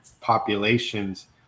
populations